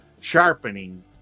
sharpening